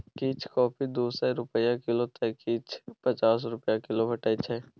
किछ कॉफी दु सय रुपा किलौ तए किछ पचास रुपा किलो भेटै छै